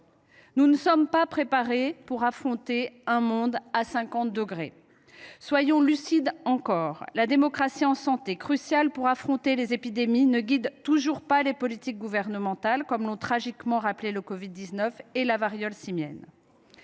nous ne sommes pas préparés pour affronter un monde à 50 degrés ! Soyons lucides encore : la démocratie en santé, cruciale pour affronter les épidémies, ne guide toujours pas les politiques gouvernementales, comme l’ont tragiquement rappelé le covid 19 et la variole simienne.